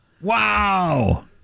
Wow